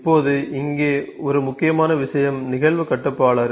இப்போது இங்கே ஒரு முக்கியமான விஷயம் நிகழ்வு கட்டுப்பாட்டாளர்